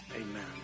Amen